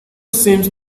seems